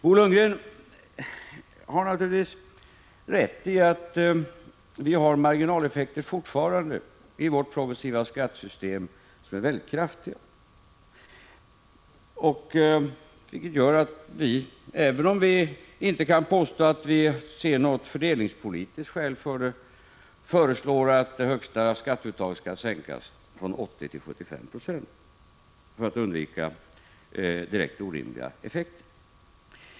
Bo Lundgren har naturligtvis rätt i att vi fortfarande har marginaleffekter i vårt progressiva skattesystem som är väldigt kraftiga, vilket gör att vi även om vi inte kan påstå att vi ser något fördelningspolitiskt skäl för det föreslår att det högsta skatteuttaget skall sänkas från 80 till 75 £ för att undvika direkt orimliga effekter.